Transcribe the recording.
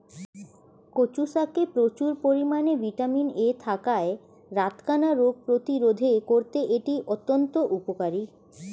কচু শাকে প্রচুর পরিমাণে ভিটামিন এ থাকায় রাতকানা রোগ প্রতিরোধে করতে এটি অত্যন্ত উপকারী